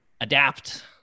adapt